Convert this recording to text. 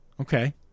Okay